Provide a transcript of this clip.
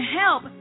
help